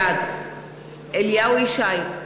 בעד אליהו ישי,